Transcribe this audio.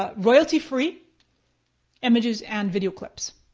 ah royalty free images and video clips.